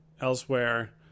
elsewhere